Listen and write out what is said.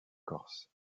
corse